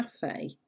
cafe